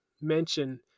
mention